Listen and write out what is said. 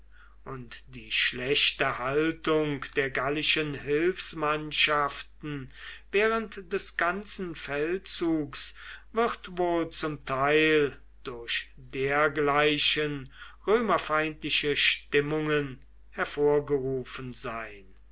und die schlechte haltung der gallischen hilfsmannschaften während des ganzen feldzugs wird wohl zum teil durch dergleichen römerfeindliche stimmungen hervorgerufen sein